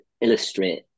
illustrate